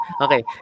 Okay